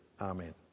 amen